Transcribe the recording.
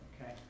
Okay